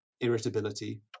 irritability